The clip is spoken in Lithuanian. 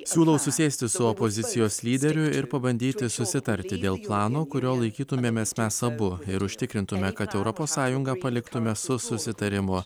siūlau susėsti su opozicijos lyderiu ir pabandyti susitarti dėl plano kurio laikytumėmės mes abu ir užtikrintume kad europos sąjungą paliktume su susitarimu